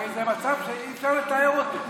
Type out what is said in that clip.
הרי זה מצב שאי-אפשר לתאר אותו.